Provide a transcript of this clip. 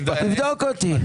תבדוק אותי.